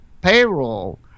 payroll